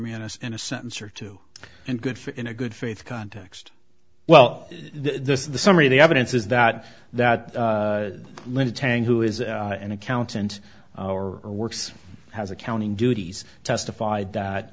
me and us in a sentence or two and good for in a good faith context well this is the summary of the evidence is that that little tang who is an accountant or works has accounting duties testified that